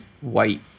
white